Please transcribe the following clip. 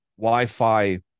Wi-Fi